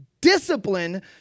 discipline